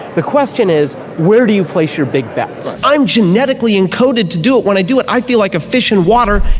the question is where do you place your big bets. i'm genetically encoded to do it, when i do it i feel like a fish in water.